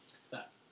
Stop